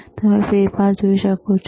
અને તમે ફેરફાર જોઈ શકો છો